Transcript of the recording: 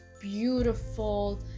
beautiful